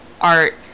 Art